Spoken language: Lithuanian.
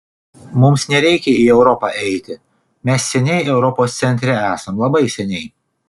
mums nereikia į europą eiti mes seniai europos centre esam labai seniai